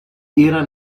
era